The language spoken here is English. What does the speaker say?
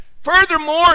Furthermore